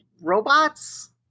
Robots